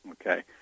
okay